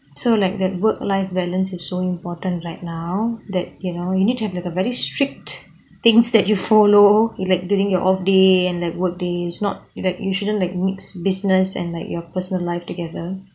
so like that work life balance is so important right now that you know you need to have like a very strict things that you follow like during your off day and like workdays not that you shouldn't like mix business and like your personal life together